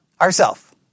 Ourself